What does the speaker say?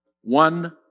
One